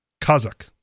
Kazakh